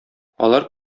алар